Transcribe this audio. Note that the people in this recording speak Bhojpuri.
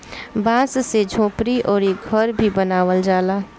बांस से झोपड़ी अउरी घर भी बनावल जाला